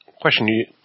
Question